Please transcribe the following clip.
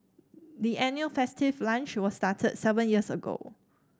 the annual festive lunch was started seven years ago